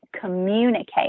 communicate